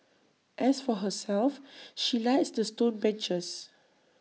as for herself she likes the stone benches